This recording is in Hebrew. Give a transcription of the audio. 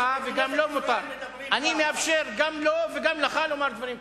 אני מאפשר גם לו וגם לך לומר דברים קשים.